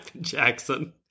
Jackson